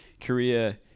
Korea